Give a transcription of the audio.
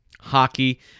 Hockey